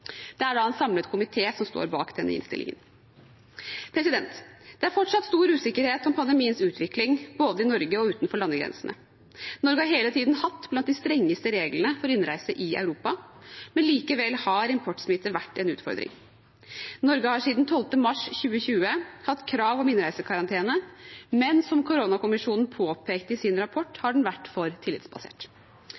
Det er en samlet komité som står bak innstillingen. Det er fortsatt stor usikkerhet om pandemiens utvikling, både i Norge og utenfor landegrensene. Norge har hele tiden hatt blant de strengeste reglene for innreise i Europa, men likevel har importsmitte vært en utfordring. Norge har siden 12. mars 2020 hatt krav om innreisekarantene, men som koronakommisjonen påpekte i sin rapport,